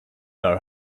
know